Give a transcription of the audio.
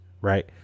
Right